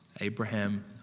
Abraham